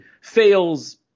fails